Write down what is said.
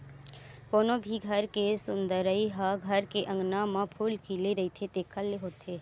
कोनो भी घर के सुंदरई ह घर के अँगना म फूल खिले रहिथे तेखरे ले होथे